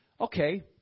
Okay